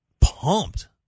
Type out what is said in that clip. pumped